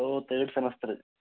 oh third semester